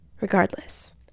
regardless